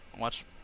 watch